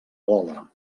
gola